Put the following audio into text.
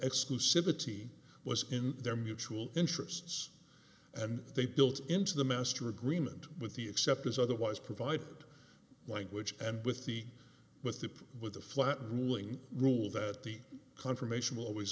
exclusivity was in their mutual interests and they built into the master agreement with the except as otherwise provided language and with the with the with the flat ruling rule that the confirmation will always